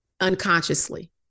unconsciously